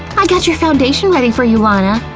i got your foundation ready for you, lana.